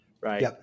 right